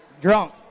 Drunk